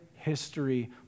History